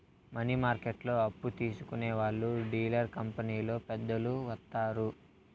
money మార్కెట్లో అప్పు తీసుకునే వాళ్లు డీలర్ కంపెనీలో పెద్దలు వత్తారు